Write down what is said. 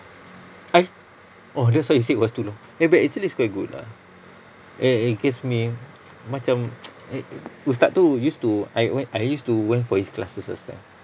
oh that's why you said it was too long but but actually it's quite good lah it it gives macam ustaz tu used to I went I used to went for his classes last time